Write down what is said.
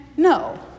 no